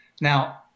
Now